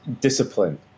discipline